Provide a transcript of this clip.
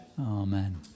Amen